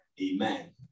Amen